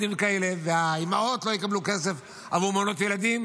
אותו -- בסדר.